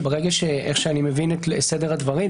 שברגע איך שאני מבין את סדר הדברים,